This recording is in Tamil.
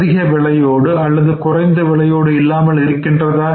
அதிக விலையோடு குறைத்த விலையோடு இல்லாமல் இருக்கின்றதா